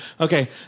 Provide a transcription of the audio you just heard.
Okay